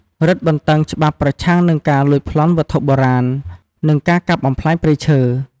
រឹតបន្តឹងច្បាប់ប្រឆាំងនឹងការលួចប្លន់វត្ថុបុរាណ និងការកាប់បំផ្លាញព្រៃឈើ។